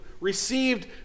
received